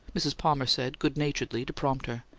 mrs. palmer said, good-naturedly, to prompt her.